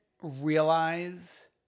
realize